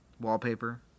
wallpaper